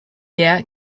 year